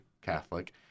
Catholic